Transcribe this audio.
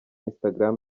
instagram